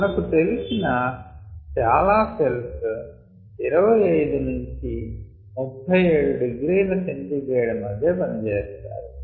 మనకు తెలిసిన చాలా సెల్స్ 25 37 ºC మధ్య పని చేస్తాయి